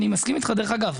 אני מסכים איתך, דרך אגב.